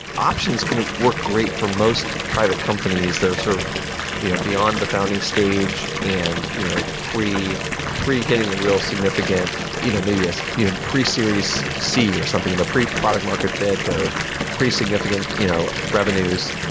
options can work great for most private companies that are sort of you know beyond the founding stage and you know pre pre hitting a real significant you know maybe a you know pre-series c, or something, and pre-product market fit, or pre-significant you know revenues.